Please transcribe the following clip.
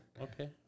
Okay